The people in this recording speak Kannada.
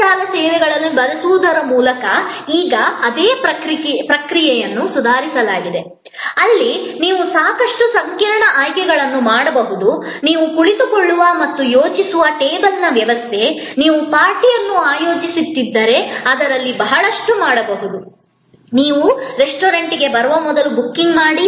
ಅಂತರ್ಜಾಲ ಸೇವೆಗಳನ್ನು ಬಳಸುವುದರ ಮೂಲಕ ಈಗ ಅದೇ ಪ್ರಕ್ರಿಯೆಯನ್ನು ಸುಧಾರಿಸಲಾಗಿದೆ ಅಲ್ಲಿ ನೀವು ಸಾಕಷ್ಟು ಸಂಕೀರ್ಣ ಆಯ್ಕೆಗಳನ್ನು ಮಾಡಬಹುದು ನೀವು ಕುಳಿತುಕೊಳ್ಳುವ ಮತ್ತು ಯೋಚಿಸುವ ಟೇಬಲ್ನ ವ್ಯವಸ್ಥೆ ನೀವು ಪಾರ್ಟಿಯನ್ನು ಆಯೋಜಿಸುತ್ತಿದ್ದರೆ ಅದರಲ್ಲಿ ಬಹಳಷ್ಟು ಮಾಡಬಹುದು ನೀವು ರೆಸ್ಟೋರೆಂಟ್ಗೆ ಬರುವ ಮೊದಲು ಬುಕಿಂಗ್ ಮಾಡಿ